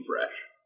fresh